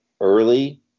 early